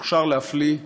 מוכשר להפליא,